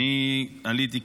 עליתי,